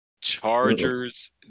Chargers